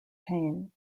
payne